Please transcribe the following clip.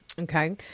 Okay